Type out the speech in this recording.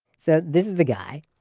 so this is the guy,